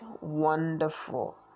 wonderful